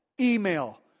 email